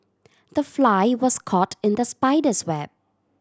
the fly was caught in the spider's web